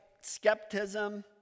skepticism